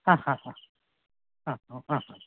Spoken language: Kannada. ಹಾಂ ಹಾಂ ಹಾಂ ಹಾಂ ಹಾಂ ಹಾಂ ಹಾಂ